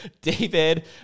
David